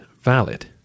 valid